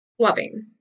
loving